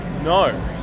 No